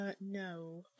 no